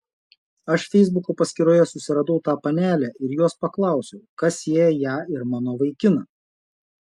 aš feisbuko paskyroje susiradau tą panelę ir jos paklausiau kas sieja ją ir mano vaikiną